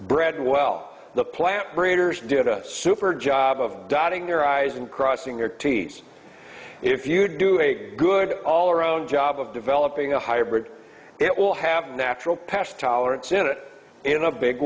bred well the plant breeders did a super job of dotting their i's and crossing their t s if you do a good all around job of developing a hybrid it will have a natural past tolerance in it in a big